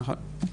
נכון.